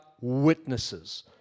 witnesses